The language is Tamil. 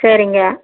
சரிங்க